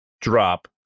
drop